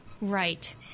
Right